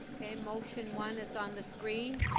okay motion one is on the screen.